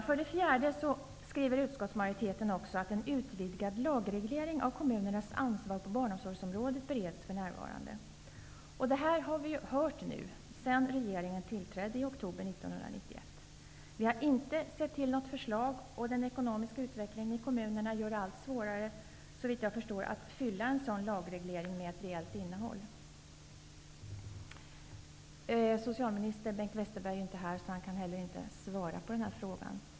För det fjärde: Utskottsmajoriteten skriver också att en utvidgad lagreglering av kommunernas ansvar på barnomsorgsområdet bereds för närvarande. Detta har vi nu hört sedan regeringen tillträdde i oktober 1991. Vi har inte sett till något förslag, och den ekonomiska utvecklingen i kommunerna gör det -- såvitt jag förstår -- allt svårare att fylla en sådan lagreglering med ett reellt innehåll. Socialminister Bengt Westerberg är ju inte här. Han kan därför inte svara på den här frågan.